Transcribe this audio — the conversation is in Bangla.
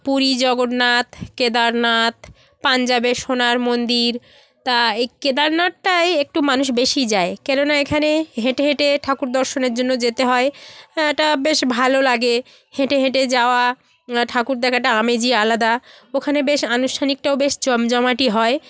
পুরী জগন্নাথ কেদারনাথ পাঞ্জাবে সোনার মন্দির তা এই কেদারনাথটায় একটু মানুষ বেশি যায় কেননা এখানে হেঁটে হেঁটে ঠাকুর দর্শনের জন্য যেতে হয় এটা বেশ ভালো লাগে হেঁটে হেঁটে যাওয়া ঠাকুর দেখাটা আমেজই আলাদা ওখানে বেশ আনুষ্ঠানিকটাও বেশ জমজমাটই হয়